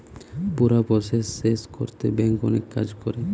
পুরা প্রসেস শেষ কোরতে ব্যাংক অনেক কাজ করে